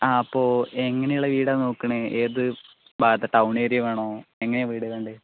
അപ്പോൾ എങ്ങനെയുള്ള വീടാണ് നോക്കണേ ഏത് ഭാഗത്ത് ടൗൺ ഏരിയ വേണോ എങ്ങനെയാണ് വീട് വേണ്ടത്